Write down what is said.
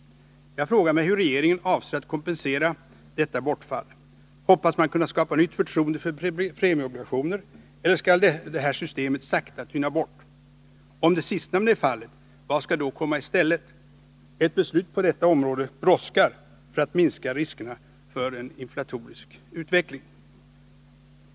Jag frågar mig hur regeringen avser att kompensera detta bortfall. Hoppas man kunna skapa nytt förtroende för premieobligationer, eller skall det här systemet sakta tyna bort? Om det sistnämnda är fallet, vad skall då komma i stället? Ett beslut på detta område brådskar för att minska riskerna för en inflatorisk utveckling.